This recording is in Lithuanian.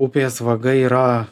upės vaga yra